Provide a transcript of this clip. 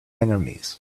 enemies